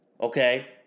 okay